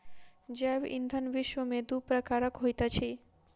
जैव ईंधन विश्व में दू प्रकारक होइत अछि